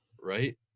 right